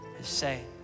Say